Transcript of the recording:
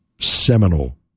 seminal